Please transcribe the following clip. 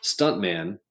stuntman